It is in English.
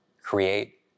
create